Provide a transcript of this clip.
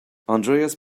andreas